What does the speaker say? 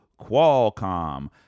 Qualcomm